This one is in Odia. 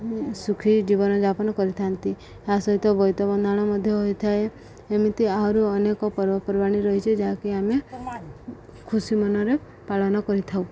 ସୁଖୀ ଜୀବନ ଯାପନ କରିଥାନ୍ତି ଏହା ସହିତ ବୋଇତ ବନ୍ଦାଣ ମଧ୍ୟ ହୋଇଥାଏ ଏମିତି ଆହୁରି ଅନେକ ପର୍ବପର୍ବାଣି ରହିଛି ଯାହାକି ଆମେ ଖୁସି ମନରେ ପାଳନ କରିଥାଉ